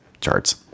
charts